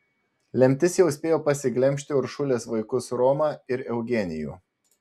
lemtis jau spėjo pasiglemžti uršulės vaikus romą ir eugenijų